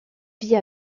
vit